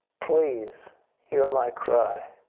please hear my cry.